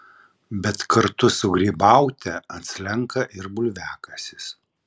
bet kartu su grybaute atslenka ir bulviakasis